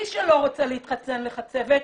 מי שלא רוצה להתחסן לחצבת,